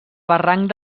barranc